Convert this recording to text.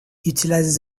utilizes